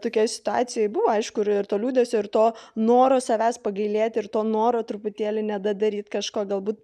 tokiai situacijai buvo aišku ir to liūdesio ir to noro savęs pagailėti ir to noro truputėlį nedadaryt kažko galbūt